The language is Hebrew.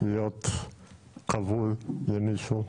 להיות כבול למישהו,